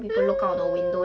ah